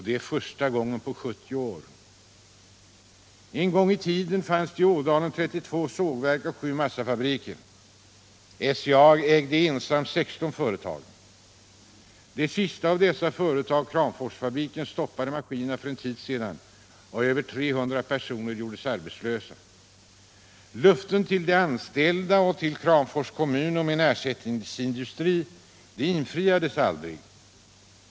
Det är första gången på 70 år. En gång i tiden fanns det i Ådalen 32 sågverk och 7 massafabriker. SCA ägde ensamt 16 företag. Det sista av dessa företag, Kramforsfabriken, stoppade maskinerna för en tid sedan, och över 300 personer gjordes arbetslösa. Löftena till de anställda och till Kramfors kommun om en ersättningsindustri infriades aldrig.